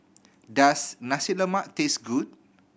does Nasi Lemak taste good